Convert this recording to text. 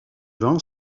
vin